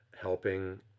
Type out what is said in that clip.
helping